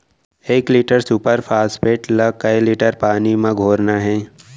एक litre super phosphate ला कए लीटर पानी मा घोरना हे?